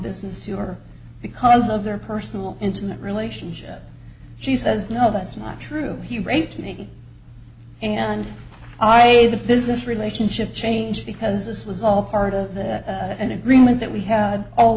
business to her because of their personal intimate relationship she says no that's not true he raped me and i a the business relationship changed because this was all part of an agreement that we had all